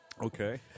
Okay